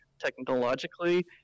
technologically